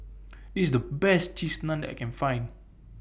This IS The Best Cheese Naan that I Can Find